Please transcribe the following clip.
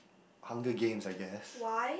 Hunger Games I guess